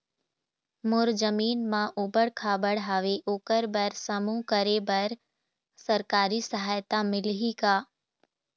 मोर जमीन म ऊबड़ खाबड़ हावे ओकर बर समूह करे बर सरकारी सहायता मिलही का?